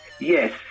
yes